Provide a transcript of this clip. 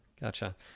Gotcha